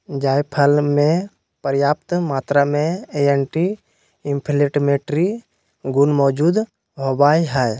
जायफल मे प्रयाप्त मात्रा में एंटी इंफ्लेमेट्री गुण मौजूद होवई हई